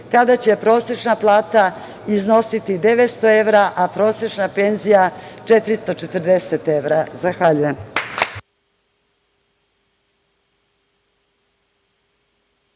kada će prosečna plata iznositi 900 evra, a prosečna penzija 440 evra. Zahvaljujem.